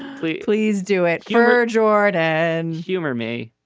please please do it. her jaw and humor me